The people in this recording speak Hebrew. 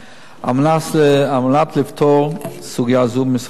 על מנת לפתור סוגיה זו משרד הבריאות,